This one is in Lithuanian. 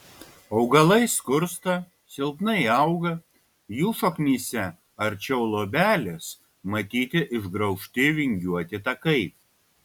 augalai skursta silpnai auga jų šaknyse arčiau luobelės matyti išgraužti vingiuoti takai